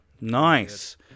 nice